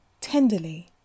tenderly